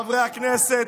חברי הכנסת,